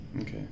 Okay